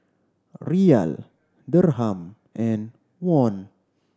Riyal Dirham and Won